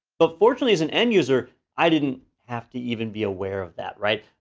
but fortunately as an end user, i didn't have to even be aware of that, right?